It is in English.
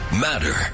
matter